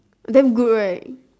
damn good right